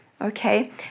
okay